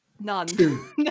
None